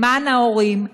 למען ההורים,